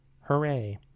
hooray